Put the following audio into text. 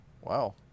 Wow